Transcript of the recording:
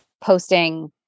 posting